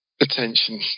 attention